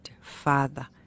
Father